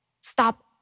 Stop